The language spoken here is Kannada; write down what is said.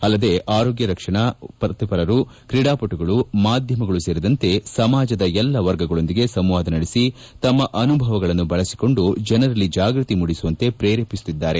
ಅಲ್ಲದೇ ಆರೋಗ್ಯ ರಕ್ಷಣಾ ವೃತ್ತಿಪರರು ತ್ರೀಡಾಪಟುಗಳು ಮಾಧ್ಯಮಗಳು ಸೇರಿತಂತೆ ಸಮಾಜದ ಎಲ್ಲಾ ವರ್ಗಗಳೊಂದಿಗೆ ಸಂವಾದ ನಡೆಸಿ ತಮ್ಮ ಅನುಭಗಳನ್ನು ಬಳಸಿಕೊಂಡು ಜನರಲ್ಲಿ ಜಾಗೃತಿ ಮೂಡಿಸುವಂತೆ ಪ್ರೇರಣೆ ನೀಡುತ್ತಿದ್ದಾರೆ